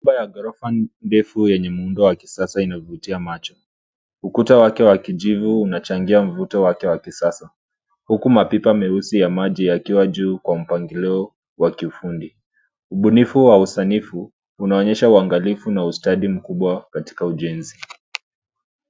Nyumba ya gorofa ndefu yenye muundo wa kisasa inavutia macho. Ukuta wake wa kijivu unachangia mvuto wake wa kisasa, huku mapipa meusi ya maji yakiwa juu kwa mpangilio wa kifundi. Ubunifu wa usanifu unaonyesha uangalifu na ustadi mkubwa katika ujenzi.